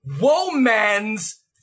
woman's